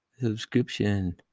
Subscription